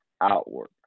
outward